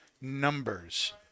numbers